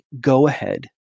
go-ahead